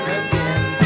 again